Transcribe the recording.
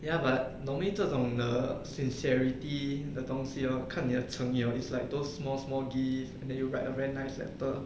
ya but normally 这种的 sincerity 的东西 hor 看你的诚意 hor is like those small small gifts you wrap a very nice wrapper